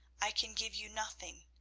i can give you nothing,